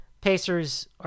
Pacers